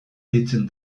deitzen